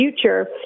future